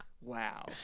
Wow